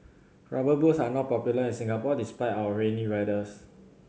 Rubber Boots are not popular in Singapore despite our rainy weathers